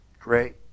Great